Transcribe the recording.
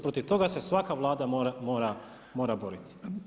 Protiv toga se svaka Vlada mora boriti.